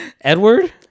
Edward